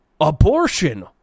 abortion